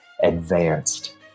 advanced